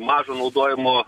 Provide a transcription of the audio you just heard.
mažo naudojimo